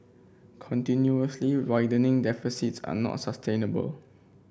continuously widening deficits are not sustainable